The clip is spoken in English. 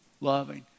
loving